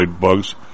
bugs